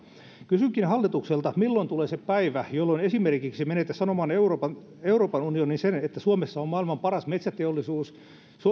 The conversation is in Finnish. kysynkin hallitukselta milloin tulee se päivä jolloin esimerkiksi menette sanomaan euroopan euroopan unioniin sen että suomessa on maailman paras metsäteollisuus ja